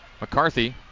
McCarthy